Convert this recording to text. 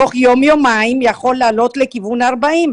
תוך יום-יומיים זה יכול לעלות לכיוון 40,